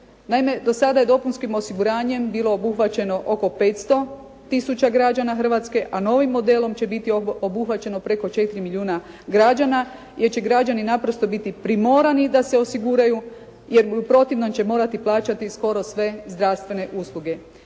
do sada je dopunskim osiguranjem bilo obuhvaćeno oko 500 tisuća građana Hrvatske, a novim modelom će biti obuhvaćeno preko 4 milijuna građana jer će građani naprosto biti primorani da se osiguraju jer u protivnom će morati plaćati skoro sve zdravstvene usluge.